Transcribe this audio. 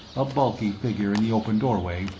a bulky figure in the open doorway,